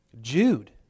Jude